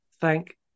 Thank